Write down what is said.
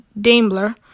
Daimler